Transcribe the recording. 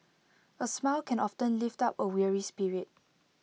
A smile can often lift up A weary spirit